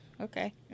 Okay